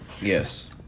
Yes